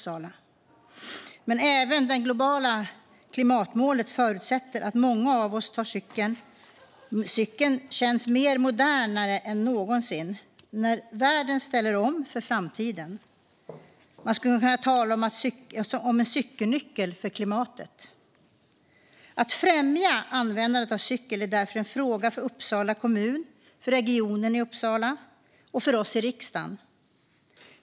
Men även de globala klimatmålen förutsätter att många av oss tar cykeln. Cykeln känns mer modern än någonsin när världen ställer om för framtiden. Man skulle kunna tala om en cykelnyckel för klimatet. Att främja användandet av cykel är därför en fråga för Uppsala kommun, för Region Uppsala och för oss i riksdagen.